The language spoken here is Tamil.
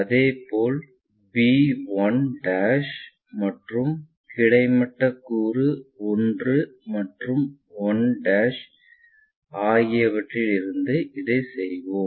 அதேபோல் பி 1 மற்றும் கிடைமட்ட கூறு 1 மற்றும் 1 ஆகியவற்றிலிருந்து இதைச் செய்வோம்